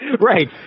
Right